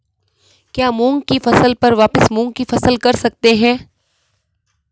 क्या मूंग की फसल पर वापिस मूंग की फसल कर सकते हैं?